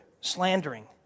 slandering